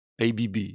ABB